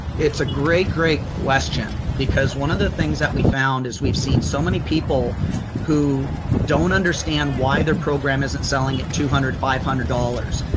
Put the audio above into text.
it's a great great question because one of the things that we found is we've seen so many people who don't understand why their program isn't selling at two hundred, five hundred dollars.